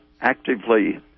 actively